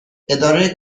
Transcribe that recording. اداره